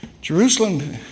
Jerusalem